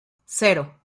cero